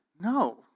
No